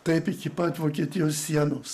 taip iki pat vokietijos sienos